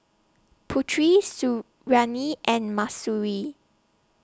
Putri Suriani and Mahsuri